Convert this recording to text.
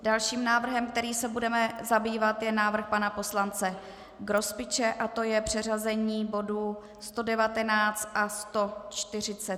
Dalším návrhem, kterým se budeme zabývat, je návrh pana poslance Grospiče a to je přeřazení bodů 119 a 143.